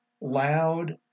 loud